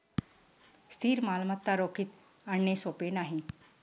स्थिर मालमत्ता रोखीत आणणे सोपे नाही